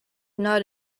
not